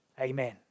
Amen